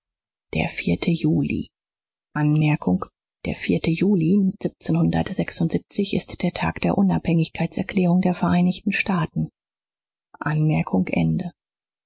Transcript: ist der tag der unabhängigkeitserklärung der vereinigten staaten